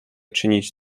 czynić